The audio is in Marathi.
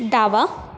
डावा